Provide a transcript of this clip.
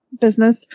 business